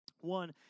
One